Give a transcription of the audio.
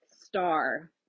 star